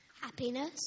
Happiness